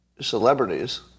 celebrities